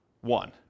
one